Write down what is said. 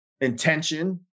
intention